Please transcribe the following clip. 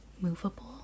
movable